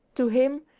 to him,